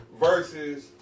Versus